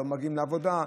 לא מגיעים לעבודה,